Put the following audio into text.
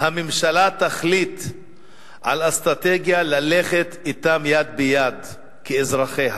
הממשלה תחליט על אסטרטגיה ללכת אתם יד ביד כאזרחיה